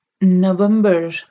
November